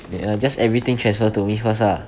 then err just everything transfer to me first lah